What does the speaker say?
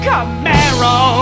Camaro